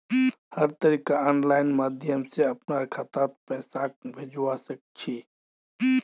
हर तरीकार आनलाइन माध्यम से अपनार खातात पैसाक भेजवा सकछी